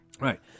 Right